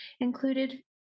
included